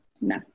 No